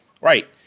Right